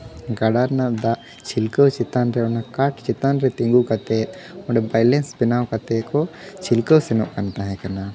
ᱜᱟᱰᱟ ᱨᱮᱱᱟᱜ ᱫᱟᱜ ᱪᱷᱤᱞᱠᱟᱹᱣ ᱪᱮᱛᱟᱱ ᱨᱮ ᱚᱱᱟ ᱠᱟᱴ ᱪᱮᱛᱟᱱ ᱨᱮ ᱛᱤᱸᱜᱩ ᱠᱟᱛᱮ ᱚᱸᱰᱮ ᱵᱮᱭᱞᱮᱱᱥ ᱠᱟᱛᱮ ᱠᱚ ᱪᱷᱤᱞᱠᱟᱹᱣ ᱥᱮᱱᱚᱜ ᱠᱟᱱ ᱛᱟᱦᱮᱸ ᱠᱟᱱᱟ